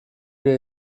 wir